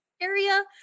area